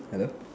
hello